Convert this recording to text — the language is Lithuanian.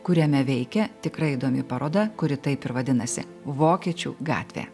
kuriame veikia tikrai įdomi paroda kuri taip ir vadinasi vokiečių gatvė